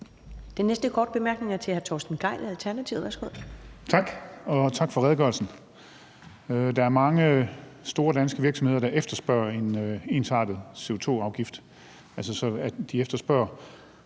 Den næste korte bemærkning er til hr. Torsten Gejl, Alternativet. Værsgo. Kl. 19:47 Torsten Gejl (ALT): Tak, og tak for redegørelsen. Der er mange store danske virksomheder, der efterspørger en ensartet CO2-afgift, altså de efterspørger,